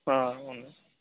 అవును